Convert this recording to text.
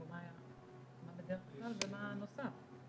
כאילו מה בדרך כלל ומה נוסף?